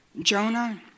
Jonah